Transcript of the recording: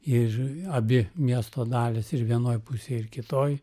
ir abi miesto dalys ir vienoj pusėj ir kitoj